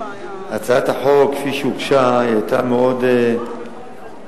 הצעת החוק כפי שהוגשה היתה מאוד קיצונית,